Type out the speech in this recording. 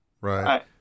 right